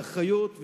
באחריות,